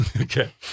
Okay